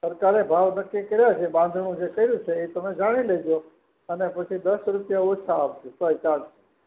સરકારે ભાવ નક્કી કર્યો છે બાંધણું જે કર્યું છે એ તમે જાણી લેજો અને પછી દસ રૂપિયા ઓછા આપજો તોય ચાલશે